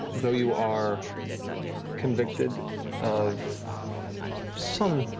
though you are convicted of some